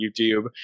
YouTube